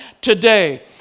today